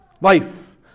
life